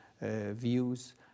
views